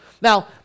Now